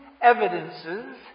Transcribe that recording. evidences